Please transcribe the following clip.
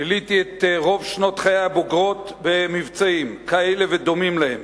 ביליתי את רוב שנות חיי הבוגרות במבצעים כאלה ודומים להם.